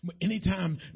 Anytime